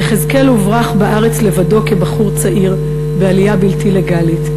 יחזקאל הוברח לארץ לבדו כבחור צעיר בעלייה בלתי לגלית,